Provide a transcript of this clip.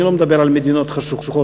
אני מדבר על מדינות חשוכות,